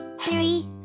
three